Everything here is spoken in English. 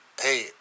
hey